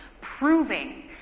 proving